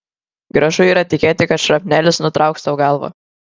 gražu yra tikėti kad šrapnelis nutrauks tau galvą